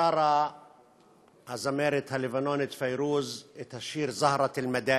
שרה הזמרת הלבנונית פיירוז את השיר "זהרת אל-מדאין"